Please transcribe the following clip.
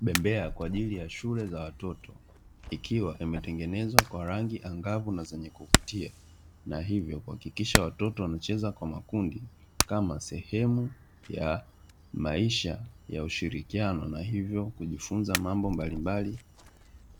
Bembea kwa ajili ya shule za watoto, ikiwa imetengenezwa kwa rangi angavu na zenye kuvutia na hivyo kuhakikisha watoto wanacheza kwa makundi, kama sehemu ya maisha ya ushirikiano na hivyo kujifunza mambo mbalimbali